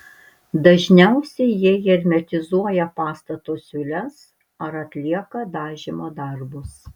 dažniausiai jie hermetizuoja pastato siūles ar atlieka dažymo darbus